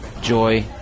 joy